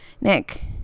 Nick